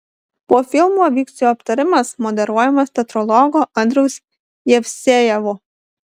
po filmo vyks jo aptarimas moderuojamas teatrologo andriaus jevsejevo